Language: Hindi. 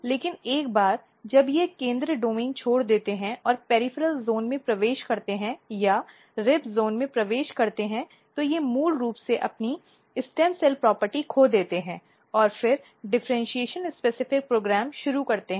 लेकिन एक बार जब वे केंद्रीय डोमेन छोड़ देते हैं और पॅरिफ़ॅरॅल ज़ोन में प्रवेश करते हैं या रिब क्षेत्र में प्रवेश करते हैं तो वे मूल रूप से अपनी स्टेम सेल प्रॉपर्टी खो देते हैं और फिर डिफ़र्इन्शीएशन विशिष्ट कार्यक्रम शुरू करते हैं